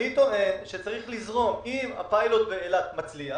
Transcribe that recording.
אני טוען שצריך לזרום ואם הפיילוט באילת מצליח,